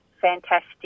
fantastic